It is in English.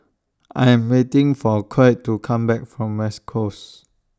I Am waiting For Colt to Come Back from West Coast